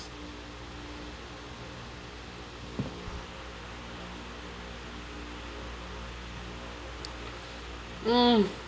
mm